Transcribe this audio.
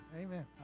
Amen